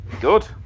Good